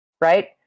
right